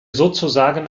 sozusagen